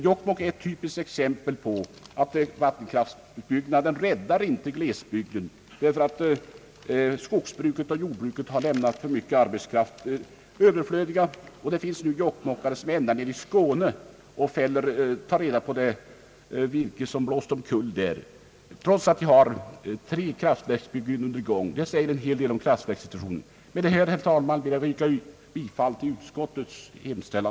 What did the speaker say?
Jokkmokk är ett typiskt exempel på att vattenkraftsutbyggnaden inte räddar glesbygden, därför att skogsbruket och jordbruket har lämnat för mycket arbetskraft överflödig. Det finns Jokkmokkbor som är ända nere i Skåne och tar reda på det virke som erhållits från omkullblåsta träd, och det trots att det finns kraftverksbyggen under byggnad i deras hemtrakter. Det säger en hel del om kraftverkssituationen. Med detta, herr talman, ber jag att få yrka bifall till utskottets hemställan.